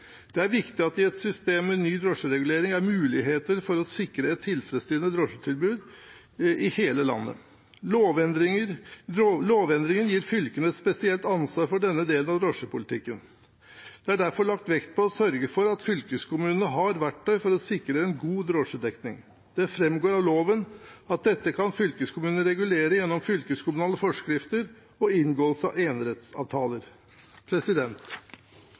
Det er viktig at det i et system med ny drosjeregulering er muligheter for å sikre et tilfredsstillende drosjetilbud i hele landet. Lovendringen gir fylkene et spesielt ansvar for denne delen av drosjepolitikken. Det er derfor lagt vekt på å sørge for at fylkeskommunene har verktøy for å sikre en god drosjedekning. Det framgår av loven at dette kan fylkeskommunene regulere gjennom fylkeskommunale forskrifter og inngåelse av enerettsavtaler.